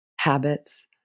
habits